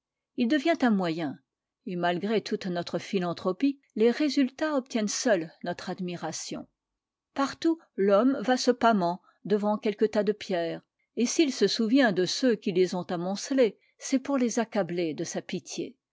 il devient un moyen et malgré toute notre philanthropie les résultats obtiennent seuls notre admiration partout l'homme va se pâmant devant quelques tas de pierres et s'il se souvient de ceux qui les ont amoncelés c'est pour les accabler de sa pitié